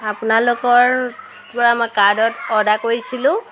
আপোনালোকৰপৰা মই কাৰ্ডত অৰ্ডাৰ কৰিছিলোঁ